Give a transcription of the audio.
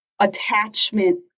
attachment